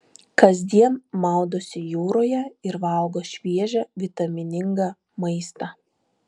kasdien maudosi jūroje ir valgo šviežią vitaminingą maistą